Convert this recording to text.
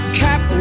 cap